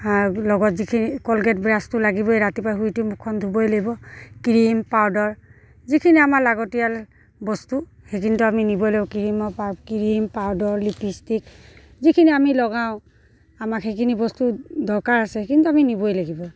আৰু লগত যিখিনি কলগেট ব্ৰাছটো লাগিবই ৰাতিপুৱা শুই উঠি মুখখন ধুবই লাগিব ক্ৰীম পাউডাৰ যিখিনি আমাৰ লাগতিয়াল বস্তু সেইখিনিতো আমি নিবই ল'ব ক্ৰীমৰপৰা ক্ৰীম পাউদাৰ লিপিষ্টিক যিখিনি আমি লগাওঁ আমাক সেইখিনি বস্তু দৰকাৰ আছে সেইখিনিতো আমি নিবই লাগিব